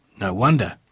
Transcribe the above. no wonder.